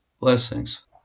blessings